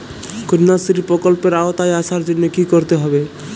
কন্যাশ্রী প্রকল্পের আওতায় আসার জন্য কী করতে হবে?